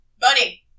Bunny